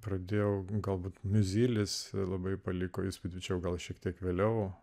pradėjau galbūt mes zylės labai paliko įspūdį tačiau gal šiek tiek vėliau